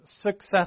success